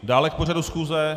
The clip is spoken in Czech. Dále k pořadu schůze?